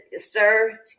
sir